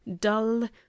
dull